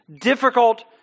difficult